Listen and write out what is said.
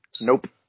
Nope